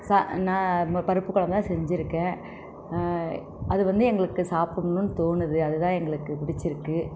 ச ந ம பருப்பு குழம்புலா செஞ்சுருக்கேன் அது வந்து எங்களுக்கு சாப்புட்ணுன்னு தோணுது அதுதான் எங்களுக்கு பிடிச்சிருக்கு